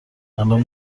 الان